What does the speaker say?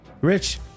Rich